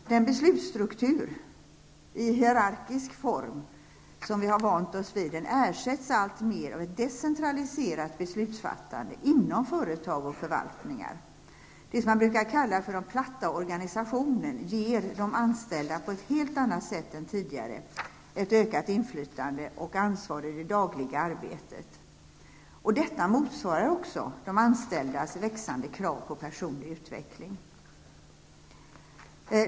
Den beslutsstruktur i hierarkisk form som vi har vant oss vid ersätts alltmer av ett decentraliserat beslutsfattande inom företag och förvaltningar. Den s.k. platta organisationen ger de anställda på ett helt annat sätt än tidigare ett ökat inflytande och ansvar i det dagliga arbetet. Detta motsvarar de anställdas växande krav på personlig utveckling.